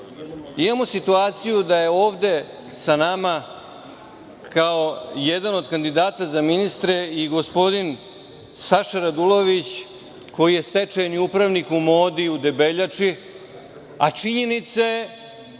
imamo situaciju da je ovde sa nama kao jedan od kandidata za ministra i gospodin Saša Radulović, koji je stečajni upravnik u „Modi“ u Debeljači, a činjenica